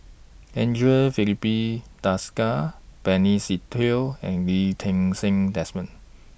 Andre Filipe Desker Benny Se Teo and Lee Ti Seng Desmond